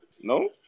No